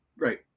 Right